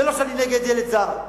זה לא שאני נגד ילד זר,